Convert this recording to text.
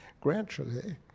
Gradually